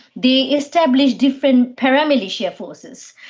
they established different paramilitia forces.